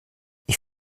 ich